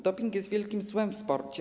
Doping jest wielkim złem w sporcie.